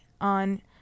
on